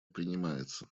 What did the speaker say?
принимается